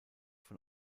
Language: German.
von